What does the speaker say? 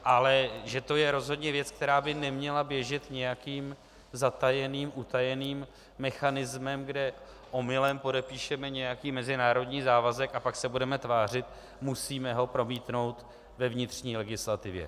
Ale že to je rozhodně věc, která by neměla běžet nějakým zatajeným, utajeným mechanismem, kde omylem podepíšeme nějaký mezinárodní závazek, a pak se budeme tvářit musíme ho promítnout ve vnitřní legislativě.